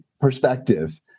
perspective